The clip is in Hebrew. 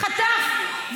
חטף,